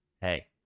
Hey